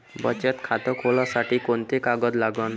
बचत खात खोलासाठी कोंते कागद लागन?